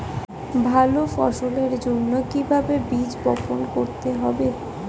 ভালো ফসলের জন্য কিভাবে বীজ বপন করতে হবে?